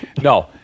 No